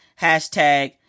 hashtag